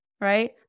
right